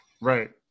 Right